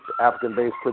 African-based